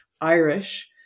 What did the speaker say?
Irish